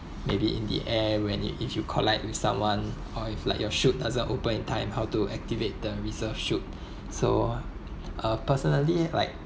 maybe in the air when it if you collides with someone or if like your chute doesn't open in time how to activate the reserve chute so uh personally like